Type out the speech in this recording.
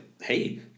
hey